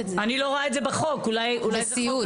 בסיעוד,